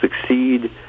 succeed